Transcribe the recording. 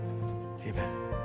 Amen